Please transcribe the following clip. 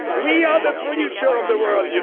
we are the future of the world, you